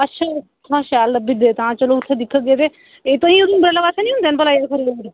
अच्छा उत्थुआं शैल लब्भी जंदे चलो उत्थै दिक्खगे ते तुआहीं उधमपुर आह्ले पास्सै निं होंदे हैन एह्